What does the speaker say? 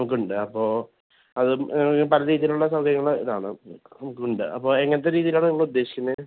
നമുക്കുണ്ട് അപ്പോൾ അതും പല രീതിയിലുള്ള സൗകര്യങ്ങൾ ഇതാണ് നമുക്കുണ്ട് അപ്പോൾ എങ്ങനത്തെ രീതിയിലാണ് നിങ്ങൾ ഉദ്ദേശിക്കുന്നത്